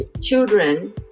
children